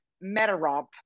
meta-romp